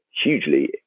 hugely